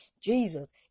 Jesus